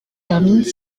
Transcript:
terminent